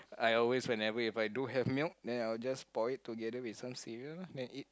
I always whenever if I do have milk then I will just pour it together with some cereal lah then eat